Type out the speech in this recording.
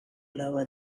lower